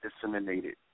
disseminated